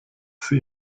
sie